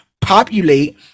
populate